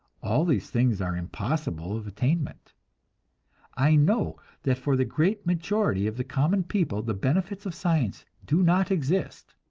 all these things are impossible of attainment i know that for the great majority of the common people the benefits of science do not exist.